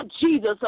Jesus